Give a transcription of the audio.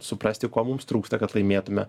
suprasti ko mums trūksta kad laimėtume